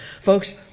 Folks